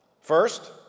First